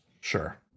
Sure